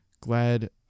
glad